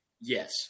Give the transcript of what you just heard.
Yes